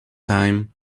time